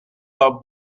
pas